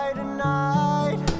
tonight